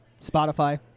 Spotify